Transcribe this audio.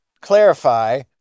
clarify